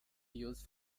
used